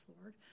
Lord